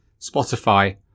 Spotify